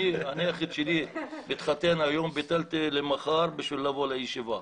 הנכד שלי מתחתן היום אבל דחיתי למחר כדי שאוכל לבוא לדיון.